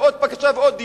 ועוד בקשה ועוד דיון,